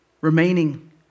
remaining